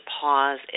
pause